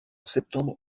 septembre